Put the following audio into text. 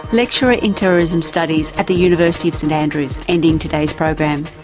lecturer in terrorism studies at the university of st andrews, ending today's program.